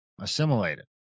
assimilated